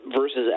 Versus